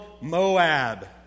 Moab